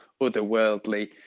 otherworldly